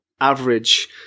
average